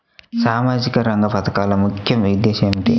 సామాజిక రంగ పథకాల ముఖ్య ఉద్దేశం ఏమిటీ?